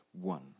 one